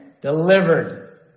Delivered